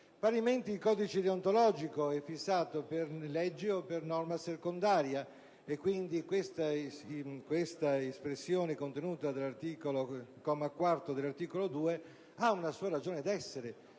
Parimenti, il codice deontologico è fissato per legge o per norma secondaria, per cui l'espressione contenuta all'articolo 2, comma 4, ha una sua ragion d'essere,